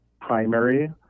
primary